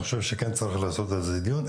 אני חושב שצריך לערוך על זה דיון,